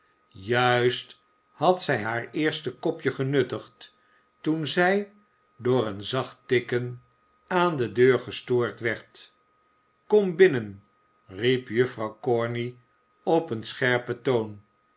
juist had zij haar eerste kopje genuttigd toen zij door een zacht tikken aan de deur gestoord werd kom binnen riep juffrouw corney op een scherpen toon